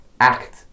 act